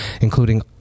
including